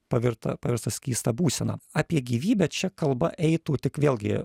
pavirto paversta skystą būseną apie gyvybę čia kalba eitų tik vėlgi